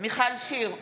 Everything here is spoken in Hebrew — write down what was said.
מיכל שיר סגמן,